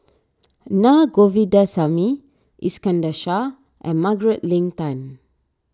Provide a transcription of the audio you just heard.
Naa Govindasamy Iskandar Shah and Margaret Leng Tan